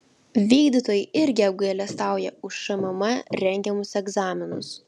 vykdytojai irgi apgailestauja už šmm rengiamus egzaminus